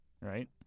right